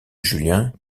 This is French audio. julien